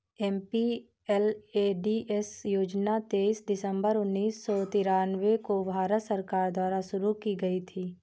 MPLADS योजना तेईस दिसंबर उन्नीस सौ तिरानवे को भारत सरकार द्वारा शुरू की गयी थी